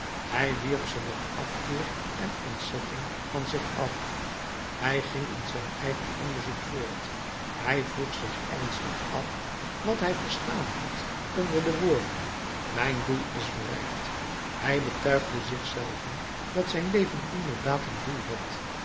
hij wierp ze met afkeer en ontzetting van zich af hij ging in zijn eigen onderzoek voort hij vroeg zich ernstig af wat hij verstaan had onder de woorden mijn doel is bereikt hij betuigde zich zelven dat zijn leven inderdaad een doel had